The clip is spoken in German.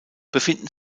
befinden